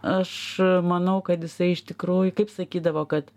aš manau kad jisai iš tikrųjų kaip sakydavo kad